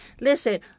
Listen